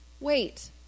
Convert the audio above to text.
Wait